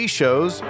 shows